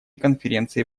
конференцией